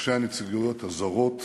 ראשי הנציגויות הזרות